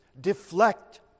deflect